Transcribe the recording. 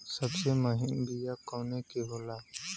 सबसे महीन बिया कवने के होला?